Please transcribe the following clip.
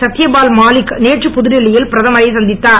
சத்தியபால் மாலிக் நேற்று புதுடெல்லியில் பிரதமரை சந்தித்தார்